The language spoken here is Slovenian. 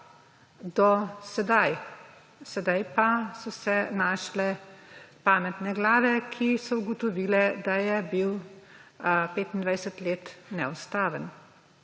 nasprotoval. Sedaj pa so se našle pametne glave, ki so ugotovile, da je bil 25 let neustaven.